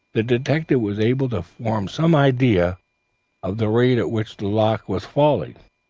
the detective was able to form some idea of the rate at which the loch was falling,